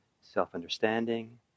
self-understanding